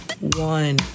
one